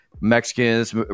Mexicans